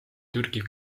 türgi